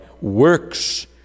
works